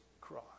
cross